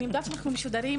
אני יודעת שאנחנו משודרים,